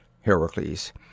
Heracles